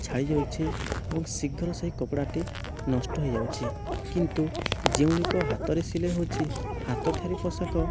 ଛାଡ଼ି ଯାଉଛି ଏବଂ ଶୀଘ୍ର ସେଇ କପଡ଼ାଟି ନଷ୍ଟ ହୋଇ ଯାଉଛି କିନ୍ତୁ ଯେଉଁ ଗୁଡ଼ିକ ହାତରେ ସିଲେଇ ହେଉଛି ହାତ ତିଆରି ପୋଷାକ